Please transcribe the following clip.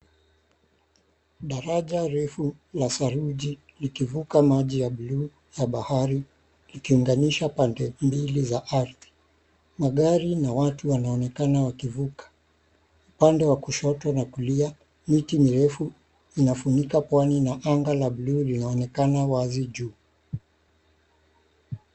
Daraja refu la saruji likivuka maji ya buluu ya bahari likiunganisha pande mbili za ardhi. Magari na watu wanaonekana wakivuka . Upande wa kushoto na kulia, miti mirefu inafunika pwani na anga la buluu linaonekana wazi juu.